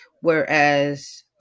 Whereas